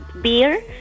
beer